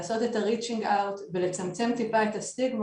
לעשות את ה- reaching outולצמצם טיפה את הסטיגמות,